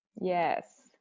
Yes